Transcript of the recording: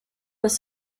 was